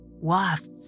wafts